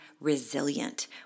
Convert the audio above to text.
resilient